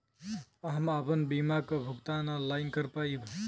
हम आपन बीमा क भुगतान ऑनलाइन कर पाईब?